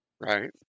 Right